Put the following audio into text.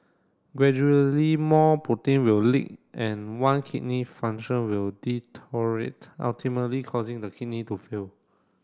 gradually more protein will leak and one kidney function will deteriorate ultimately causing the kidney to fail